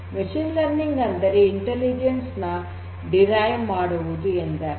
machine learning ಅಂದರೆ intelligence ನ derive ಮಾಡುವುದು ಎಂದರ್ಥ